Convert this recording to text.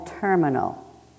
terminal